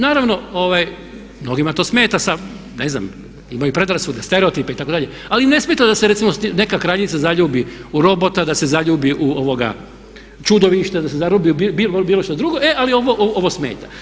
Naravno mnogima to smeta, ne znam imaju predrasude, stereotipe itd. ali ne smeta da se recimo neka kraljica zaljubi u robota, da se zaljubi u čudovište, da se zaljubi u bilo šta drugo, e ali ovo smeta.